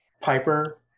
Piper